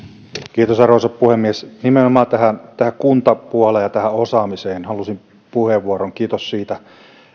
päältä arvoisa puhemies nimenomaan tähän kuntapuoleen ja tähän osaamiseen liittyen halusin puheenvuoron kiitos siitä